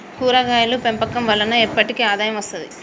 కూరగాయలు పెంపకం వలన ఎప్పటికి ఆదాయం వస్తది